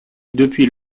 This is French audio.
depuis